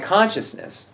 Consciousness